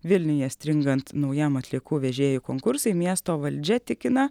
vilniuje stringant naujam atliekų vežėjų konkursui miesto valdžia tikina